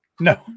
No